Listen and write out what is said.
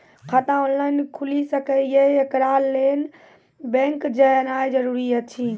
खाता ऑनलाइन खूलि सकै यै? एकरा लेल बैंक जेनाय जरूरी एछि?